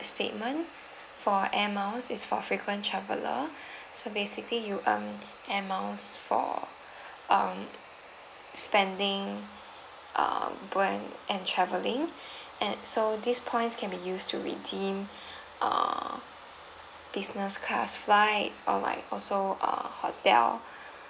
statement for air miles is for frequent traveller so basically you earn air miles for um spending uh when and travelling and so these points can be used to redeem err business class flights or like also uh hotel